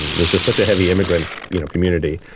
there's just such a heavy immigrant you know community.